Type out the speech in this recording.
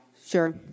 Sure